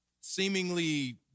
seemingly